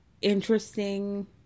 interesting